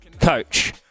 coach